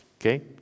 Okay